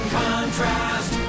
contrast